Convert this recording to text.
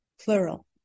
plural